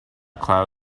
cloud